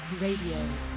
Radio